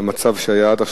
למצב שהיה עד עכשיו.